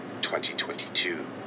2022